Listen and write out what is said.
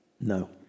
no